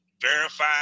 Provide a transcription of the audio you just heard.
verify